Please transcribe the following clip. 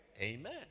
Amen